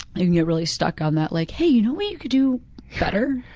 you can get really stuck on that, like hey, you know what you could do better?